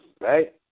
right